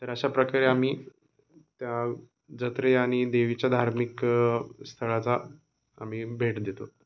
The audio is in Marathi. तर अशा प्रकारे आम्ही त्या जत्रे आणि देवीच्या धार्मिक स्थळाचा आम्ही भेट देतो